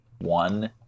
one